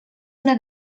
una